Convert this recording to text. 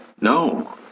No